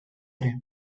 ere